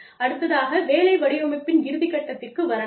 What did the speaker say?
அடுத்ததாக வேலை வடிவமைப்பின் இறுதிக்கட்டத்திற்கு வரலாம்